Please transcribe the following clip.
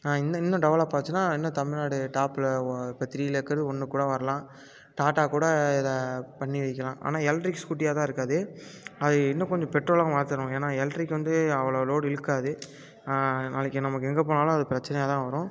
இன்னும் இன்னும் டெவெலப் ஆச்சுன்னா இன்னும் தமிழ்நாடு டாப்பில் இப்போ த்ரீயில் இருக்கிறது ஒன்றுக்கு கூட வரலாம் டாட்டா கூட இதை பண்ணி வைக்கலாம் ஆனால் எலெக்ட்ரிக் ஸ்கூட்டியாக தான் இருக்காது அதை இன்னும் கொஞ்சம் பெட்ரோலாக மாற்றணும் ஏன்னா எலெக்ட்ரிக் வந்து அவ்வளோ லோடு இழுக்காது நாளைக்கு நமக்கு எங்கே போனாலும் அது பிரச்சனையாக தான் வரும்